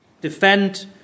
Defend